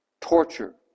torture